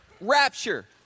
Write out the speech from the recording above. Rapture